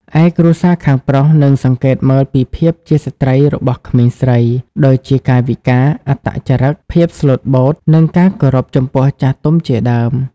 ឯគ្រួសារខាងប្រុស នឹងសង្កេតមើលពីភាពជាស្ត្រីរបស់ក្មេងស្រី ដូចជាកាយវិការ អត្តចរឹក ភាពស្លូតបូត និងការគោរពចំពោះចាស់ទុំជាដើម។